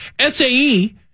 SAE